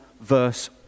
verse